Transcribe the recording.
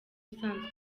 usanzwe